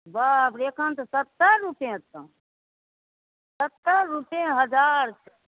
बाप रे एखन तऽ सत्तरि रुपये छऽ सत्तरि रुपये हजार